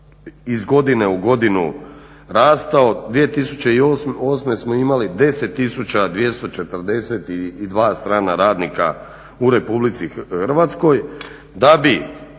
iz godine u godinu rastao 2008. smo imali 10242 strana radnika u Republici Hrvatskoj